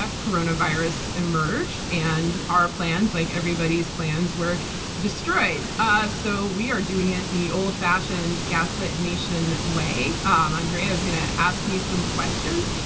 ah coronavirus emerged, and our plans, like everybody's plans, were destroyed. ah so we are doing it the old-fashioned gaslit nation way. um andrea is going to ask me some questions.